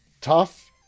Tough